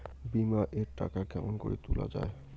বিমা এর টাকা কেমন করি তুলা য়ায়?